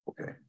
okay